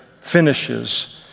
finishes